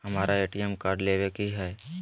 हमारा ATM card लेव के हई